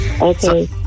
Okay